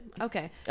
Okay